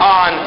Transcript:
on